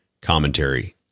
Commentary